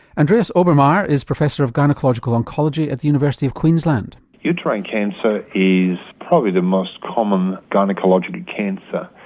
andreas obermair is professor of gynaecological oncology at the university of queensland. uterine cancer is probably the most common gynaecological cancer.